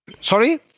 Sorry